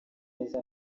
neza